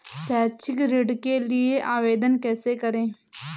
शैक्षिक ऋण के लिए आवेदन कैसे करें?